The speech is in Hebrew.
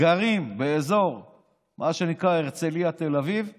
גרים באזור הרצליה-תל אביב ואשכנזים.